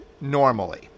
normally